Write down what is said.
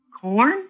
Corn